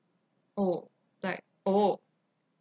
oh like oh